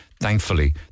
Thankfully